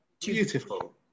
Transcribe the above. Beautiful